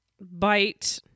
bite